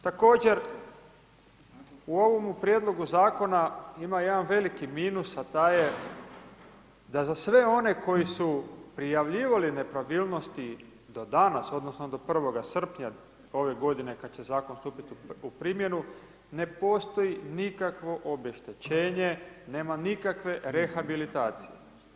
Također, u ovome prijedlogu zakona ima jedan veliki minus a taj je da za sve one koji su prijavljivali nepravilnosti do danas, odnosno do 1. srpnja ove godine kad će zakon stupit u primjenu ne postoji nikakvo obeštećenje, nema nikakve rehabilitacije.